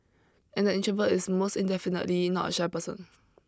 and the introvert is most indefinitely not a shy person